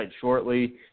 shortly